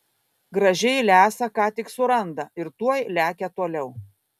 gražiai lesa ką tik suranda ir tuoj lekia toliau